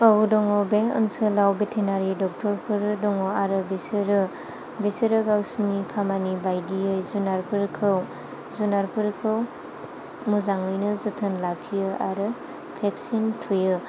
औ दङ बे ओनसोलाव भेथेनारि डक्टरफोर दङ आरो बिसोरो बिसोरो गावसोरनि खामानि बायदियै जुनारफोरखौ जुनारफोरखौ मोजाङैनो जोथोन लाखियो आरो भेक्सिन थुयो